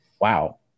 wow